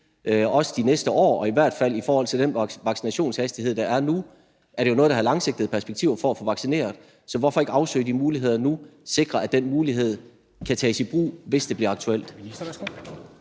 også de næste år, og i hvert fald i forhold til den vaccinationshastighed, der er nu, er det at få vaccineret jo noget, der har langsigtede perspektiver. Så hvorfor ikke afsøge de muligheder nu og sikre, at det kan tages i brug, hvis det bliver aktuelt?